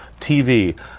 TV